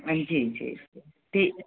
हाँ जी जी ठीक है